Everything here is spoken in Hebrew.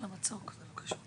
לא,